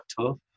tough